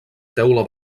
teula